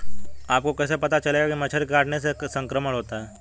आपको कैसे पता चलेगा कि मच्छर के काटने से संक्रमण होता है?